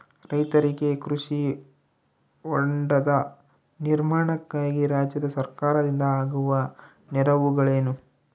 ರೈತರಿಗೆ ಕೃಷಿ ಹೊಂಡದ ನಿರ್ಮಾಣಕ್ಕಾಗಿ ರಾಜ್ಯ ಸರ್ಕಾರದಿಂದ ಆಗುವ ನೆರವುಗಳೇನು?